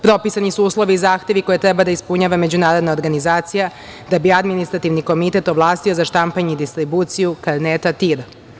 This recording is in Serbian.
Propisani su uslovi i zahtevi koje treba da ispunjava međunarodna organizacija da bi Administrativni komitet ovlastio za štampanje i distribuciju karneta TIR.